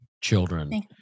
children